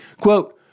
Quote